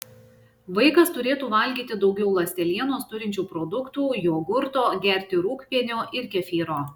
vaikas turėtų valgyti daugiau ląstelienos turinčių produktų jogurto gerti rūgpienio ir kefyro